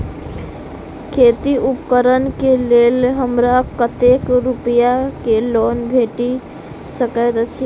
खेती उपकरण केँ लेल हमरा कतेक रूपया केँ लोन भेटि सकैत अछि?